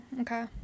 Okay